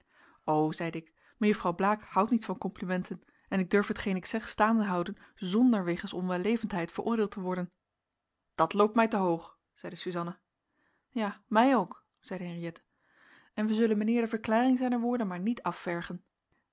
o zeide ik mejuffrouw blaek houdt niet van complimenten en ik durf hetgeen ik zeg staande houden zonder wegens onwellevendheid veroordeeld te worden dat loopt mij te hoog zeide suzanna ja mij ook zeide henriëtte en wij zullen mijnheer de verklaring zijner woorden maar niet